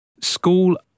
School